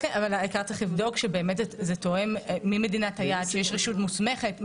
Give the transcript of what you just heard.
צריך לבדוק שבאמת מי מדינת היעד ושיש רשות מוסמכת.